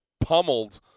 pummeled